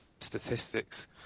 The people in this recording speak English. statistics